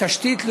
נציג